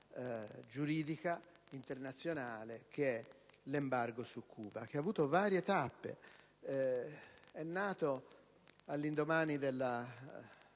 giuridica internazionale come l'embargo su Cuba, che ha avuto varie tappe: è nato all'indomani del